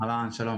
שלום.